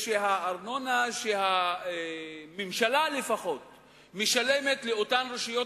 שלפחות הארנונה שהממשלה משלמת לאותן רשויות